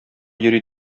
йөри